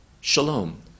Shalom